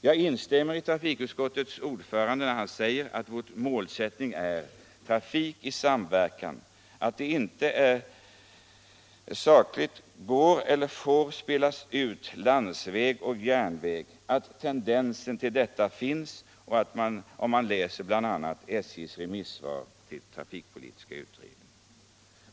Jag instämmer i vad trafikutskottets ordförande säger om att vår målsättning är trafik i samverkan, att järnväg inte får spelas ut mot landsväg - en tendens härtill finns, vilket bl.a. framgår av SJ:s remissvar till trafikpolitiska utredningen.